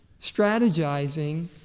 strategizing